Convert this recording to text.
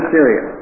Syria